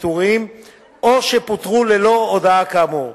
לפיטורים או שפוטרו ללא הודעה כאמור,